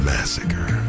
Massacre